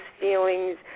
feelings